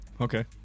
Okay